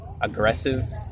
aggressive